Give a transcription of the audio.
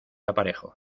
aparejo